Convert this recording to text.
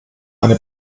eine